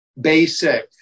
basic